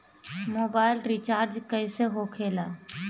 Mobile recharge कैसे होखे ला?